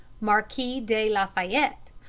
marquis de la fayette,